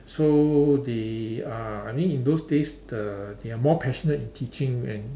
so they are I mean in those days the they are more passionate in teaching and